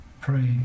pray